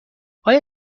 آیا